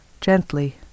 gently